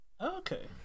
Okay